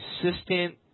consistent